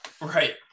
Right